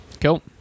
Cool